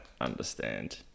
understand